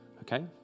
Okay